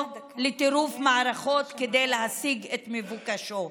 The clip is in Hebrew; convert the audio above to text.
לטירוף מערכות כדי להשיג את מבוקשו,